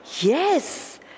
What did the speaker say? yes